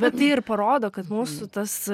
bet tai ir parodo kad mūsų tas